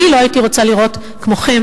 אני לא הייתי רוצה להיראות כמוכם,